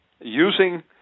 using